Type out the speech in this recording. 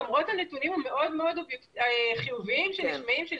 למרות הנתונים המאוד חיוביים שנשמעים,